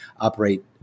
operate